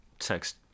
text